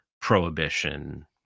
prohibition